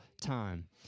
time